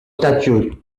statute